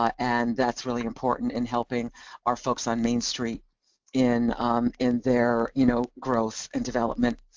um and that's really important in helping our folks on main street in in their you know growth and development.